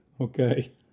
Okay